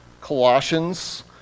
Colossians